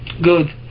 good